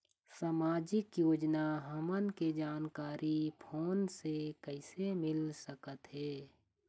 सामाजिक योजना हमन के जानकारी फोन से कइसे मिल सकत हे?